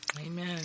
Amen